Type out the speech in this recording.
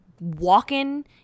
walking